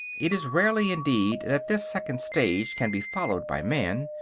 it is rarely indeed that this second stage can be followed by man.